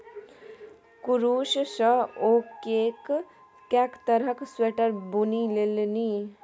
कुरूश सँ ओ कैक तरहक स्वेटर बुनि लेलनि